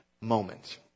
moment